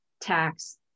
tax